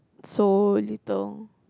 so little